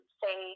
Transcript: say